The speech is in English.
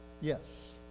Yes